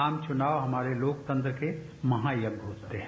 आम चुनाव हमारे लोकतंत्र के महायज्ञ होते है